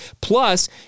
plus